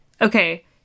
Okay